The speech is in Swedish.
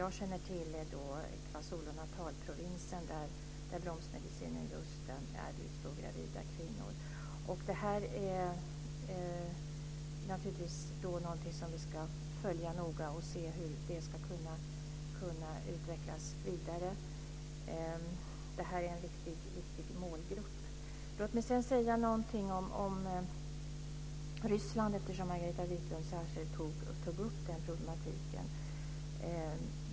Jag känner till att bromsmedicin erbjuds gravida kvinnor i KwaZulu-Natal-provinsen. Detta är naturligtvis något som vi ska följa noga och se hur det ska kunna utvecklas vidare. Det är en viktig målgrupp. Låt mig sedan säga någonting om Ryssland, eftersom Margareta Viklund särskilt tog upp den problematiken.